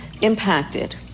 impacted